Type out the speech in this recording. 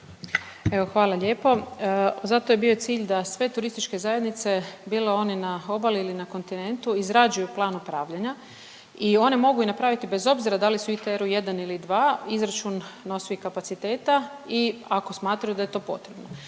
hvala lijepo. Zato je bio cilj da sve turističke zajednice bile one na obali ili na kontinentu izrađuju plan upravljanja i one mogu i napraviti bez obzira da li su u ITR-u 1 ili 2, izračun nosivih kapaciteta i ako smatraju da je to potrebno.